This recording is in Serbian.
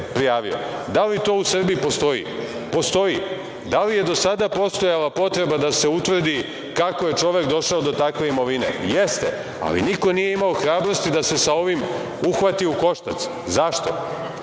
li to u Srbiji postoji? Postoji. Da li je do sada postojala potreba da se utvrdi kako je čovek došao do takve imovine? Jeste, ali niko nije imao hrabrosti da se sa ovim uhvati u koštac. Zašto?